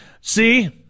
See